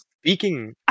speaking